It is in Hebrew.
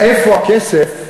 איפה הכסף?